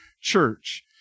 church